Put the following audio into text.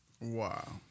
Wow